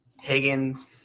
Higgins